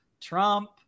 trump